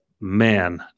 man